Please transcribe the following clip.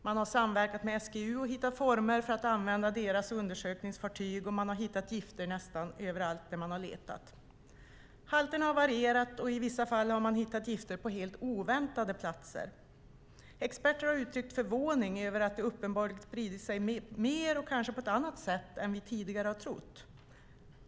Man har samverkat med SGU och hittat former för att använda deras undersökningsfartyg, och man har hittat gifter nästan överallt där man har letat. Halterna har varierat, och i vissa fall har man hittat gifter på helt oväntade platser. Experter har uttryckt förvåning över att de uppenbarligen har spridit sig mer och kanske på ett annat sätt än vi tidigare har trott.